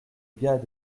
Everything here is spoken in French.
gars